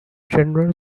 general